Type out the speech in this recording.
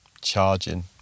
charging